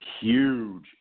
huge